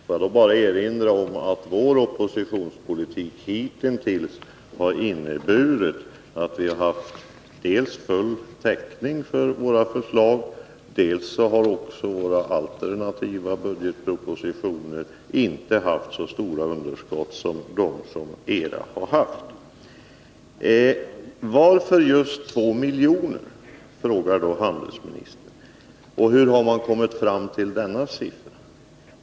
Låt mig då erinra om att vår oppositionspolitik hitintills har inneburit dels att vi har haft full täckning för våra förslag, dels att våra alternativa budgetar inte har haft så stora underskott som regeringens. Varför just 2 milj.kr., frågar handelsministern, och hur har man kommit fram till denna siffra?